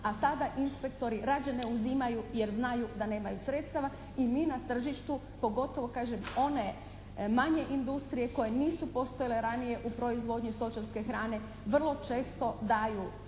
a tada inspektori rađe ne uzimaju jer znaju da nemaju sredstava i mi na tržištu pogotovo kažem one manje industrije koje nisu postojale ranije u proizvodnji stočarske hrane, vrlo često daju